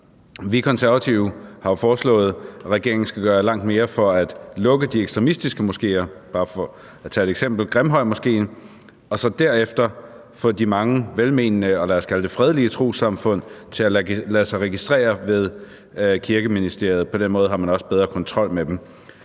Vi Konservative har foreslået, at regeringen skal gøre langt mere for at lukke de ekstremistiske moskéer – Grimhøjmoskéen, bare for at tage et eksempel – og så derefter få de mange velmenende og lad os kalde det fredelige trossamfund til at lade sig registrere ved Kirkeministeriet. På den måde har man også bedre kontrol med dem.